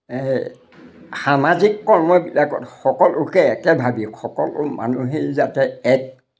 এই সামাজিক কৰ্মবিলাকত সকলোকে একে ভাবি সকলো মানুহেই যাতে এক